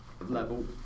level